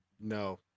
no